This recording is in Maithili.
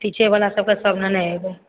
पीछे वाला सबकेँ सब लेने एबै